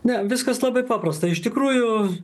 ne viskas labai paprasta iš tikrųjų